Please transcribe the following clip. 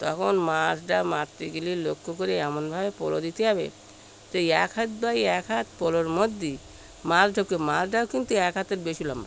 তখন মাছটা মারতে গেলে লক্ষ্য করে এমন ভাবে পলো দিতে হবে যে এক হাত বাই এক হাত পলোর মধ্যে মাছ ঢোকে মাছটাও কিন্তু এক হাতের বেশি লম্বা